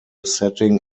setting